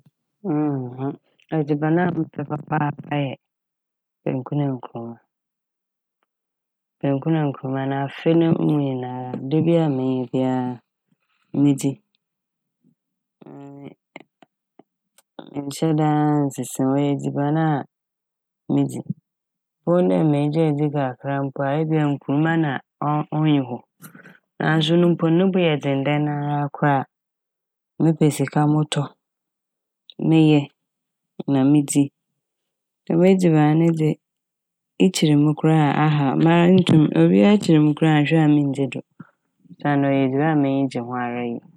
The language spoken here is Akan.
Edziban a mepɛ papaapa yɛ banku na nkruma. Banku na nkruma no afe no ne nyinara a dabia a menya bia medzi mennhyɛ da a nnsesa m'. Ɔyɛ edziban a medzi, bohu dɛ megyae dzi kakra mpo a ebi a nkruma na ɔ-ɔ- onnyi hɔ naaso mpo no bo yɛ dzen dɛnara koraa a mepɛ sika motɔ, meyɛ na midzi. Dɛm edziban ne dze ikyir me koraa a aha m'. Mara nntum obia kyir mo koraa a annhwɛ minndzi do osiandɛ ɔyɛ edziban a m'enyi gye ho yie.